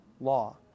law